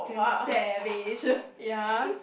damn savage